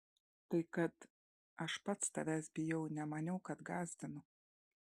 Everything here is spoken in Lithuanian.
tai kad aš pats tavęs bijau nemaniau kad gąsdinu